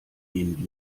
gehen